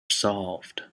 solved